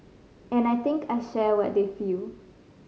and I think I share what they feel